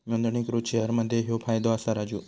नोंदणीकृत शेअर मध्ये ह्यो फायदो असा राजू